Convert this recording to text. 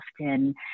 often